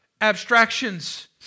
abstractions